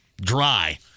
dry